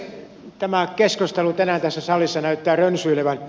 tämä keskustelu tänään tässä salissa näyttää rönsyilevän